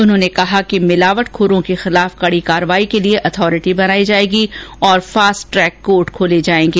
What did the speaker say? उन्होंने कहा कि मिलावटखोरों के खिलाफ कडी कार्रवाई के लिए ऑथोरिटी बनायी जायेगी और फास्टट्रेक कोर्ट खोले जायेंगे